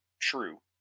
true